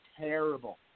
terrible